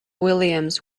williams